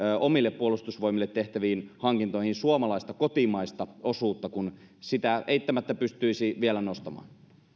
omille puolustusvoimille tehtäviin hankintoihin suomalaista kotimaista osuutta kun sitä eittämättä pystyisi vielä nostamaan